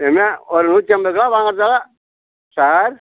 என்ன ஒரு நூற்றி அம்பது ரூவா வாங்குறதை சார்